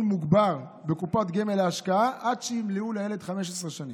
מוגבר בקופת גמל להשקעה עד שימלאו לילד 15 שנים,